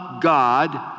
God